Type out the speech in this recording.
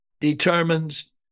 determines